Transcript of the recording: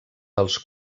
dels